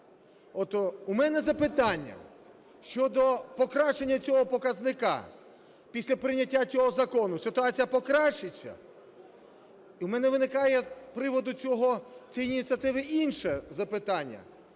у мене запитання oодо покращення цього показника: після прийняття цього закону, ситуація покращиться? І в мене виникає з приводу цієї ініціативи інше запитання.